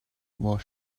while